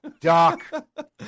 Doc